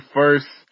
first –